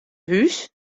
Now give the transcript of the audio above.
hús